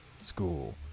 school